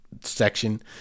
section